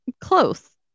close